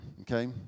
okay